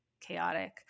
chaotic